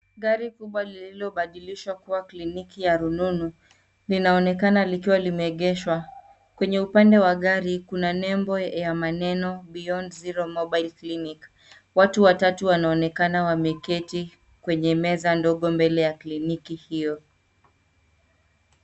Gari kubwa lilobadilishwa kuwa kliniki ya rununu linaonekana likiwa limeegeshwa. Kwenye upande wa gari, kuna nembo ya maneno Beyond Zero mobile clinic. Watu watatu wanaonekana wameketi kwenye meza ndogo mbele ya kliniki hio.